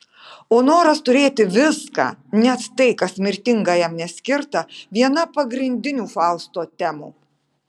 o noras turėti viską net tai kas mirtingajam neskirta viena pagrindinių fausto temų